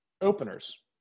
openers